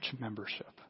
membership